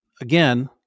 Again